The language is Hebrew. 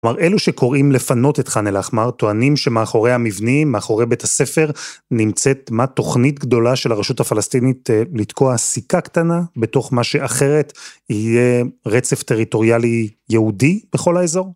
כלומר, אלו שקוראים לפנות את חאן אל אחמר, טוענים שמאחורי המבנים, מאחורי בית הספר, נמצאת מה, תוכנית גדולה של הרשות הפלסטינית לתקוע סיכה קטנה, בתוך מה שאחרת יהיה רצף טריטוריאלי יהודי בכל האזור?